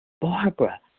Barbara